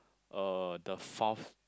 uh the fourth